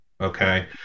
okay